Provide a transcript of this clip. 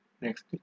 next